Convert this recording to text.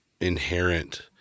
inherent